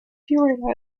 healing